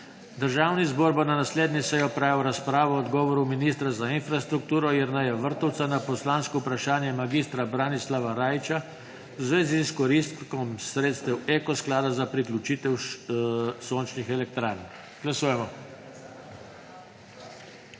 Državni zbor bo na naslednji seji opravil razpravo o odgovoru ministra za infrastrukturo Jerneja Vrtovca na poslansko vprašanje mag. Branislava Rajića v zvezi s izkoristkom sredstev Eko sklada za priključitev sončnih elektrarn. Glasujemo.